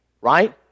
right